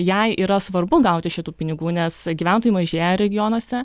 jai yra svarbu gauti šitų pinigų nes gyventojų mažėja regionuose